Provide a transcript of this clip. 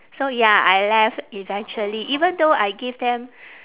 so ya I left eventually even though I give them